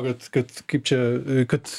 vat kad kaip čia kad